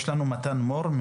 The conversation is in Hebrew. נמצא אתנו מתן מור,